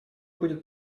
будет